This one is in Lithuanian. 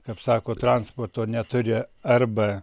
kaip sako transporto neturi arba